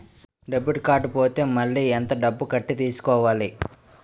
Debit card పోతే మళ్ళీ ఎంత డబ్బు కట్టి తీసుకోవాలి?